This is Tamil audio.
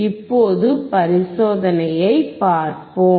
இப்போது பரிசோதனையைப் பார்ப்போம்